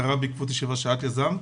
קרה בעקבות ישיבה שאת יזמת,